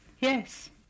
Yes